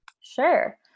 Sure